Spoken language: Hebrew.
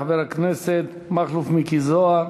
חבר הכנסת מכלוף מיקי זוהר.